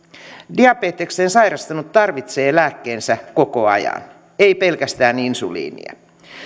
diabetekseen sairastunut tarvitsee lääkkeensä koko ajan ei pelkästään insuliinia